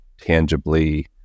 tangibly